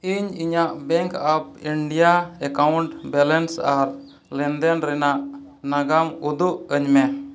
ᱤᱧ ᱤᱧᱟᱹᱜ bank of India account balance ᱟᱨ ᱞᱮᱱᱫᱮᱱ ᱨᱮᱱᱟᱜ ᱱᱟᱜᱟᱢ ᱩᱫᱩᱜ ᱟᱹᱧ ᱢᱮ